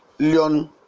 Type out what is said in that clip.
Leon